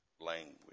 language